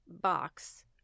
box